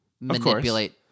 manipulate